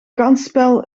kansspel